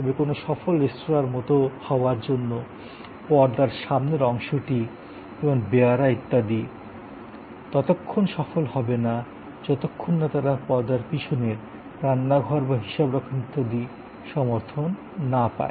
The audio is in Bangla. তবে কোনও সফল রেস্তোরাঁর মতো হওয়ার জন্য পর্দার সামনের অংশটি যেমন বেয়ারা ইত্যাদি ততক্ষন সফল হবে না যতক্ষণ না তারা পর্দার পিছনের রান্নাঘর বা হিসাবরক্ষণ ইত্যাদি সমর্থন না পায়